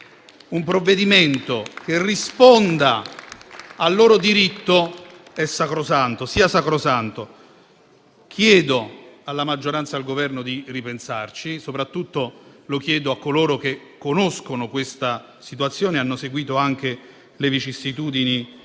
un provvedimento che risponda al loro diritto sia sacrosanto. Chiedo quindi alla maggioranza e al Governo di ripensarci, e soprattutto lo chiedo a coloro che conoscono la situazione e hanno seguito anche le vicissitudini